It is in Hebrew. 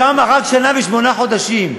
שם רק שנה ושמונה חודשים.